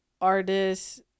artists